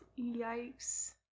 Yikes